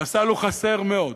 הסל הוא חסר מאוד.